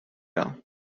wel